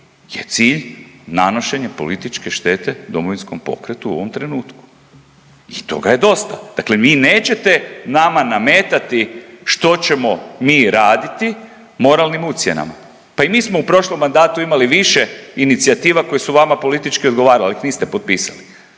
je cilj nanošenje političke štete Domovinskom pokretu u ovom trenutku. I to ga je dosta. Dakle vi nećete nama nametati što ćemo mi raditi moralnim ucjenama. Pa i mi smo u prošlom mandatu imali više inicijativa koje su vama politički odgovarali, ali ih niste potpisali.